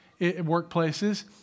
workplaces